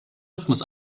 rhythmus